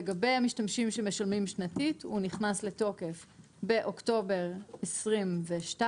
לגבי המשתמשים שמשלמים שנתית הוא נכנס לתוקף באוקטובר 2022,